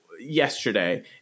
yesterday